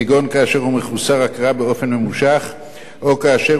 כגון כאשר הוא מחוסר הכרה באופן ממושך או כאשר